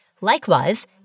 Likewise